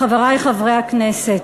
חברי חברי הכנסת,